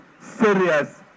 serious